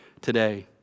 today